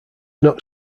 not